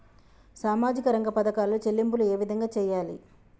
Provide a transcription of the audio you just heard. సామాజిక రంగ పథకాలలో చెల్లింపులు ఏ విధంగా చేయాలి?